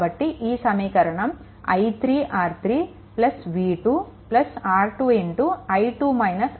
కాబట్టి ఈ సమీకరణం I3 R3 v2 R 2 వస్తుంది